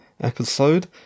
episode